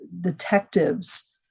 detectives